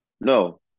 No